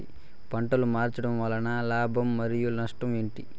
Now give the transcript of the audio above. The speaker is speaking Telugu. పంటలు మార్చడం వలన లాభం మరియు నష్టం ఏంటి